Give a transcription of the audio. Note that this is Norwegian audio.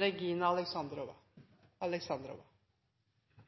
greip».